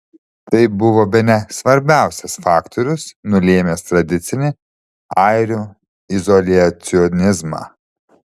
tai buvo bene svarbiausias faktorius nulėmęs tradicinį airių izoliacionizmą